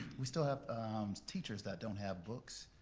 we still have teachers that don't have books,